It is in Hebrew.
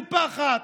המנופחת,